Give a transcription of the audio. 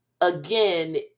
again